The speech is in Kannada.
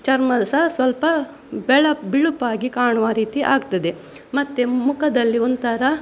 ಚರ್ಮ ಸಹ ಸ್ವಲ್ಪ ಬೆಳ ಬಿಳುಪಾಗಿ ಕಾಣುವ ರೀತಿ ಆಗ್ತದೆ ಮತ್ತೆ ಮುಖದಲ್ಲಿ ಒಂಥರ